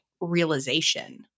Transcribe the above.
realization